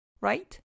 right